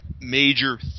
major